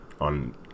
on